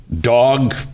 dog